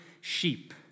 sheep